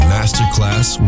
Masterclass